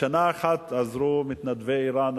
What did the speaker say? בשנה אחת עזרו מתנדבי ער"ן,